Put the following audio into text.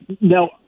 now